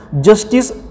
Justice